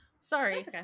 sorry